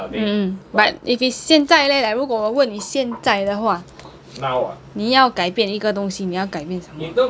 mm but if it's 现在 leh like 如果我问你现在的话你要改变一个东西你要改变什么